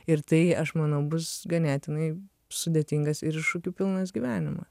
ir tai aš manau bus ganėtinai sudėtingas ir iššūkių pilnas gyvenimas